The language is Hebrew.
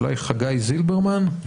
אולי חגי זילברמן,